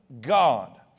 God